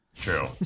True